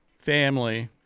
Family